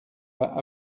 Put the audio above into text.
pas